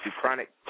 chronic